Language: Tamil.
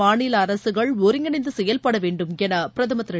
மாநிலஅரசுகள் ஒருங்கிணைந்துசெயல்படவேண்டும் எனபிரதமர் திரு